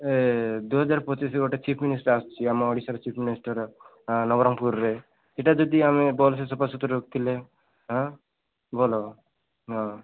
ଏ ଦୁହଜାର ପଚିଶ ଗୋଟେ ଚିଫ୍ ମିନିଷ୍ଟର ଆସୁଛି ଆମ ଓଡ଼ିଶାର ଚିଫ୍ ମିନିଷ୍ଟର ନବରଙ୍ଗପୁରରେ ସେଇଟା ଯଦି ଆମେ ଭଲ ସେ ସଫା ସୁତୁରା ରଖିଥିଲେ ହଁ ଭଲ ହଁ